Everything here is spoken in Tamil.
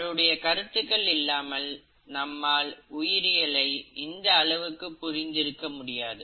அவருடைய கருத்துக்கள் இல்லாமல் நம்மால் உயிரியலை இந்த அளவு புரிந்து இருக்க முடியாது